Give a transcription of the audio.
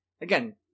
again